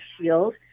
shield